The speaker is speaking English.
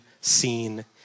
seen